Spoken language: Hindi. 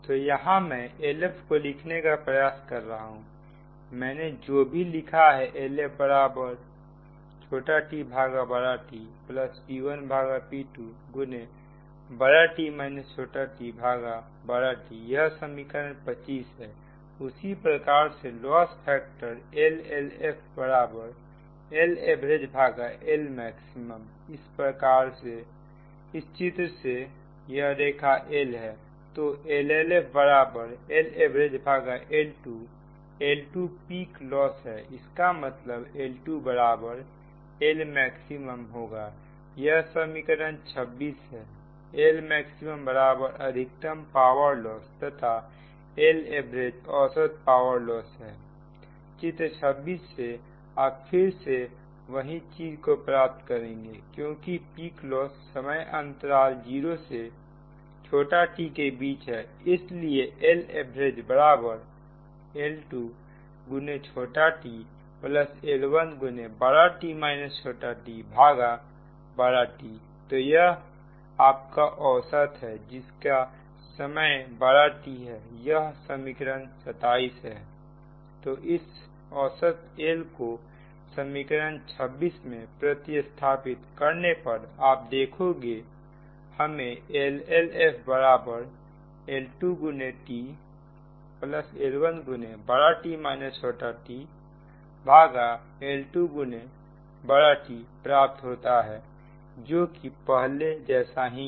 तो यहां मैं LF को लिखने का प्रयास कर रहा हूं मैंने जो भी लिखा LFtTp1p2XT tT यह समीकरण 25 है उसी प्रकार से लॉस फैक्टर LLFLavgLmaxइस चित्र से यह रेखा L है तो LLFLavgL2L2 पीक लॉस हैइसका मतलब L2Lmax होगा यह समीकरण 26 है L max अधिकतम पावर लॉस तथा Lavg औसत पावर लॉस है चित्र 26 से आप फिर से वही चीज को प्राप्त करेंगे क्योंकि पीक लॉस समय अंतराल 0 से t के बीच है इसलिए LavgL2tL1T तो यह आपका औसत है जिसका समय T है यह समीकरण 27 है तो इस औसत L को समीकरण 26 में प्रतिस्थापित करने पर आप देखोगे हमें LLFL2tL1L2T प्राप्त होता है है जो कि पहले जैसा ही है